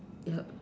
yup